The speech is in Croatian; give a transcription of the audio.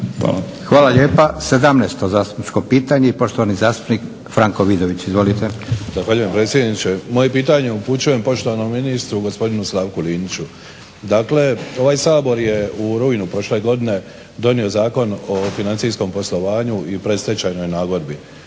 Hvala lijepa. Sedamnaesto zastupničko pitanje i poštovani zastupnik Frano Vidović. Izvolite. **Vidović, Franko (SDP)** Predsjedniče, moje pitanje upućujem poštovanom ministru gospodinu Slavku Liniću. Dakle, ovaj Sabor je u rujnu prošle godine donio Zakon o financijskom poslovanju i predstečajnoj nagodbi,